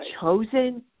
chosen